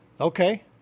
okay